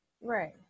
Right